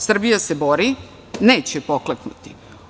Srbija se bori, neće pokleknuti.